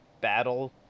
battle